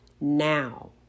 now